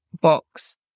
box